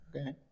okay